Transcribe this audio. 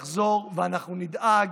אנחנו נחזור ואנחנו נדאג,